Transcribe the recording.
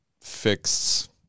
fixed